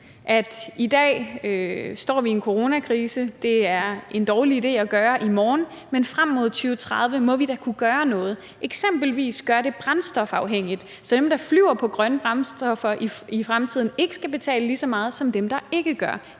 i dag står i en coronakrise, og at det er en dårlig idé at gøre det i morgen, men frem mod 2030 må vi da kunne gøre noget, eksempelvis gøre det brændstofafhængigt, så dem, der flyver på grønne brændstoffer i fremtiden, ikke skal betale lige så meget som dem, der ikke gør.